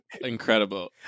incredible